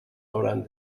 hauran